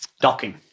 docking